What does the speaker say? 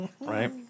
Right